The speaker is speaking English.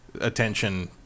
attention